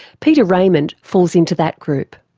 peter raymond falls into that group.